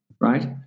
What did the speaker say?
right